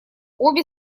обе